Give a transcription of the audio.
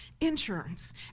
insurance